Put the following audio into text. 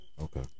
Okay